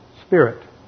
Spirit